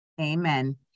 Amen